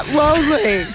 lonely